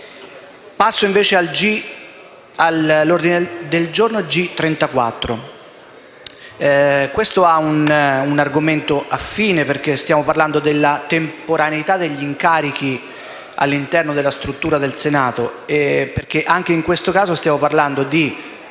Passo ad illustrare l'ordine del giorno G34, che tratta un argomento affine, perché stiamo parlando della temporaneità degli incarichi all'interno della struttura del Senato; anche in questo caso stiamo parlando di